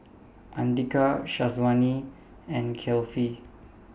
Andika Syazwani and Kefli